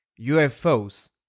UFOs